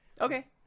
Okay